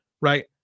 Right